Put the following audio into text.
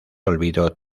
olvido